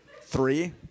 three